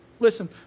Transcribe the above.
Listen